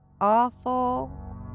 awful